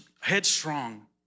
headstrong